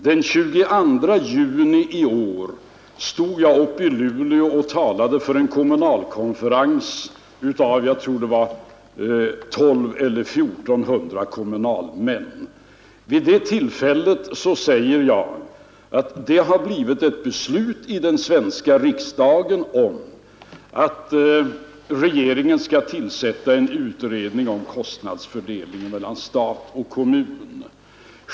Den 22 juni i år stod jag uppe i Luleå och talade vid Kommunförbundets årsmöte för, jag tror 1 200 eller 1 400 kommunalmän. Vid det tillfället sade jag att det har blivit ett beslut i den svenska riksdagen om att regeringen skall tillsätta en utredning om kostnadsfördelningen mellan stat och kommun.